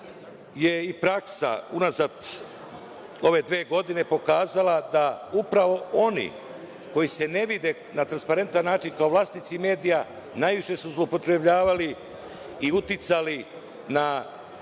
je i praksa unazad ove dve godine pokazala da upravo oni koji se ne vide na transparentan način kao vlasnici medija, najviše su zloupotrebljavali i uticali na